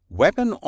weapon